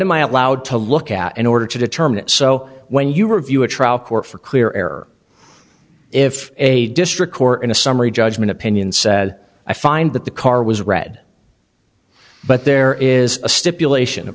am i allowed to look at in order to determine so when you review a trial court for clear error if a district court in a summary judgment opinion says i find that the car was red but there is a stipulation